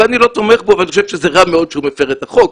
ואני לא תומך בו ואני חושב שזה רע מאוד שהוא מפר את החוק,